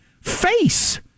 face